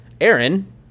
Aaron